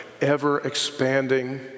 ever-expanding